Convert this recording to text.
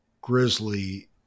Grizzly